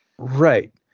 Right